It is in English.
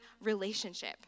relationship